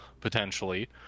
potentially